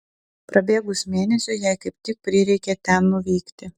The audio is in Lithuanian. prabėgus mėnesiui jai kaip tik prireikė ten nuvykti